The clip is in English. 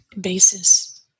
basis